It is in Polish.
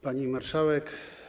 Pani Marszałek!